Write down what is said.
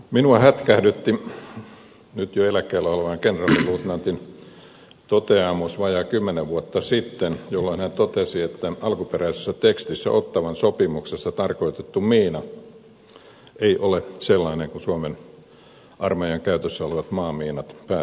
minua hätkähdytti nyt jo eläkkeellä olevan kenraaliluutnantin toteamus vajaa kymmenen vuotta sitten jolloin hän totesi että alkuperäisessä tekstissä ottawan sopimuksessa tarkoitettu miina ei ole sellainen kuin suomen armeijan käytössä olevat maamiinat pääsääntöisesti ovat